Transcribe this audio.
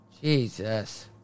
Jesus